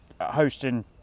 hosting